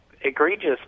egregious